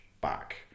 back